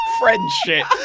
Friendship